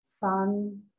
fun